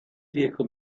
vehicle